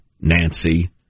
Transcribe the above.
Nancy